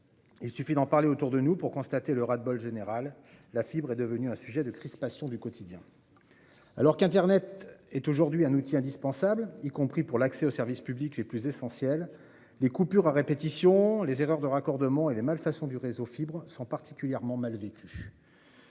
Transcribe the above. Il suffit d'en parler autour de nous pour constater le ras-le-bol général : la fibre est devenue un sujet de crispation du quotidien. Alors qu'internet est aujourd'hui un outil indispensable, y compris pour accéder aux services publics les plus essentiels, les coupures à répétition, les erreurs de raccordement et les malfaçons du réseau fibré sont particulièrement mal vécues.